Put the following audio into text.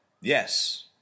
Yes